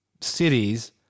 cities